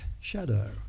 shadow